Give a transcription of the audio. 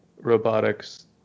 robotics